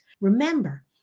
Remember